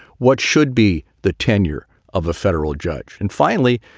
what should be the tenure of a federal judge? and finally,